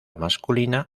masculina